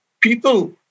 people